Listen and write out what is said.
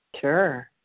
Sure